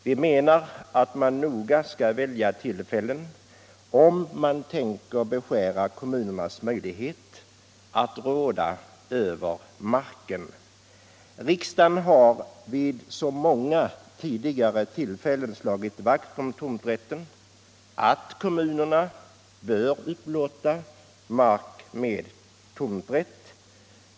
Vi menar att man noga skall välja tillfälle, om man tänker beskära kommunernas möjlighet att råda över marken. Riksdagen har vid så många tidigare tillfällen slagit vakt om tomträtten att kommunerna bör upplåta mark med tomträtt.